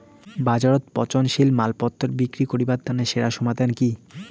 বাজারত পচনশীল মালপত্তর বিক্রি করিবার তানে সেরা সমাধান কি?